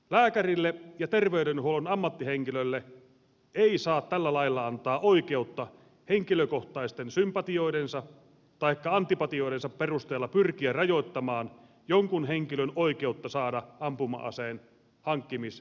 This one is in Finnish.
lääkärille ja terveydenhuollon ammattihenkilölle ei saa tällä lailla antaa oikeutta henkilökohtaisten sympatioidensa taikka antipatioidensa perusteella pyrkiä rajoittamaan jonkun henkilön oikeutta saada ampuma aseen hankkimis ja hallussapitolupaa